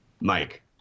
Mike